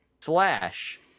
slash